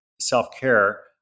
self-care